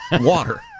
Water